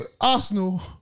Arsenal